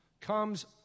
comes